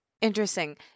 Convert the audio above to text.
Interesting